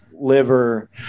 liver